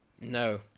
No